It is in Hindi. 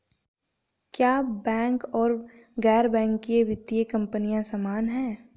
क्या बैंक और गैर बैंकिंग वित्तीय कंपनियां समान हैं?